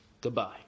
Goodbye